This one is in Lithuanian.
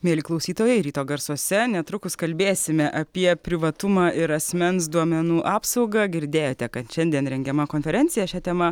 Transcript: mieli klausytojai ryto garsuose netrukus kalbėsime apie privatumą ir asmens duomenų apsaugą girdėjote kad šiandien rengiama konferencija šia tema